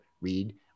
read